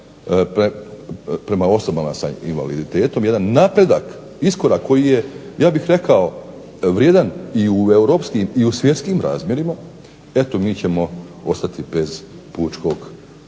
prema osobama sa invaliditetom, jedan napredak, iskorak koji je ja bih rekao vrijedan i u europskim i u svjetskim razmjerima eto mi ćemo ostati bez pučkog, pardon